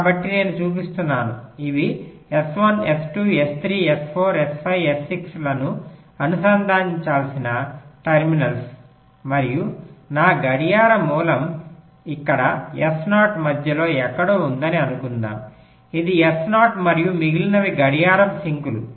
కాబట్టి నేను చూపిస్తున్నాను ఇవి S1 S2 S3 S4 S5 S6 ను అనుసంధానించాల్సిన టెర్మినల్స్ మరియు నా గడియార మూలం ఇక్కడ S0 మధ్యలో ఎక్కడో ఉందని అనుకుందాం ఇది S0 మరియు మిగిలినవి గడియారపు సింకులు